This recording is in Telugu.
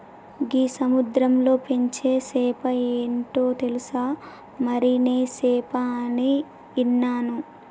గీ సముద్రంలో పెంచే సేప ఏంటో తెలుసా, మరినే సేప అని ఇన్నాను